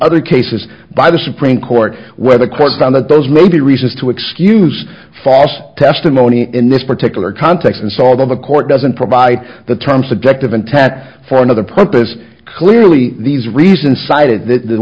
other cases by the supreme court where the court found that those may be reasons to excuse false testimony in this particular context and so although the court doesn't provide the term subjective untaet for another purpose clearly these reasons